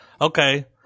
Okay